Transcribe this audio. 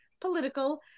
political